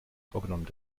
vorgenommen